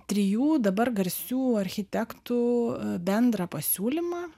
trijų dabar garsių architektų bendrą pasiūlymą